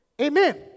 Amen